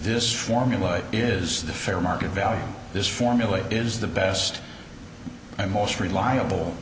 this formula is the fair market value this formulate is the best a most reliable